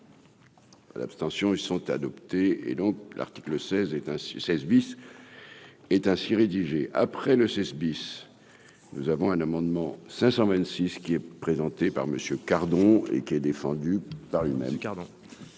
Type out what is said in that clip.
L'abstention, ils sont adoptés et donc l'article 16 éteint 16 bis est ainsi rédigé après le bis, nous avons un amendement 526 ce qui est présenté par Monsieur cardons et qui est défendu par le même